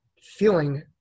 feeling